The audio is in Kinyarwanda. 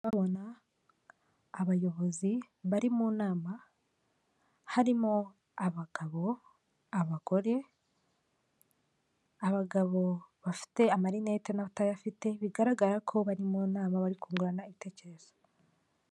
Ndabona abayobozi bari mu nama harimo abagabo, abagore. Abagabo bafite amarinete n'abatayafite bigaragara ko bari mu nama bari kungurana ibitekerezo.